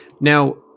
now